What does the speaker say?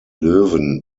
löwen